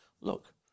look